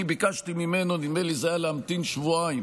אני ביקשתי ממנו להמתין שבועיים